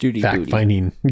fact-finding